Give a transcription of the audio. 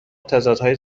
تضادهای